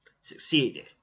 Succeeded